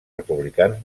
republicans